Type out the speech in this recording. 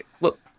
Look